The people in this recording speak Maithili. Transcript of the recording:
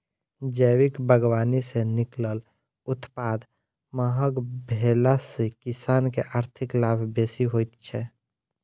जैविक बागवानी सॅ निकलल उत्पाद महग भेला सॅ किसान के आर्थिक लाभ बेसी होइत छै